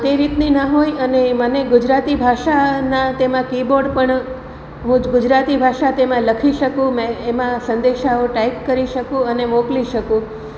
તે રીતની ના હોય અને મને ગુજરાતી ભાષાનાં તેમાં કીબોર્ડ પણ હું જ ગુજરાતી ભાષા તેમાં લખી શકું મેં એમાં સંદેશાઓ ટાઈપ કરી શકું અને મોકલી શકું